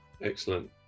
Excellent